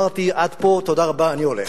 אמרתי: עד פה, תודה רבה, אני הולך.